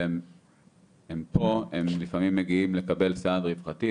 והם פה הם לפעמים מגיעים לקבל סעד רווחתי,